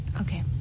Okay